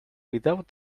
without